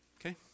okay